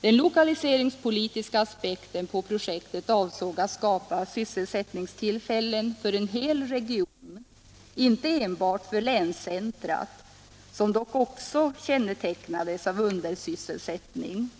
Den lokaliseringspolitiska aspekten för projektet avsåg att skapa sysselsättningstillfällen för en hel region, inte enbart för länscentret, som dock också kännetecknades av undersysselsättning.